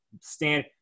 stand